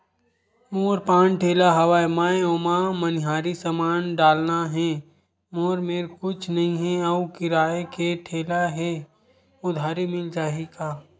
मोर पान ठेला हवय मैं ओमा मनिहारी समान डालना हे मोर मेर कुछ नई हे आऊ किराए के ठेला हे उधारी मिल जहीं का?